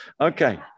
Okay